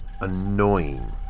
annoying